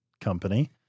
company